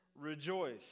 rejoice